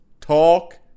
talk